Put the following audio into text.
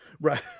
right